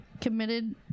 committed